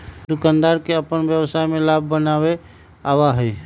दुकानदार के अपन व्यवसाय में लाभ बनावे आवा हई